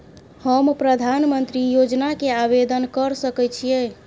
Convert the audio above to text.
हम प्रधानमंत्री योजना के आवेदन कर सके छीये?